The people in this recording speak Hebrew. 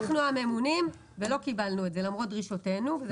אנחנו הממונים ולא קיבלנו את זה למרות דרישותינו.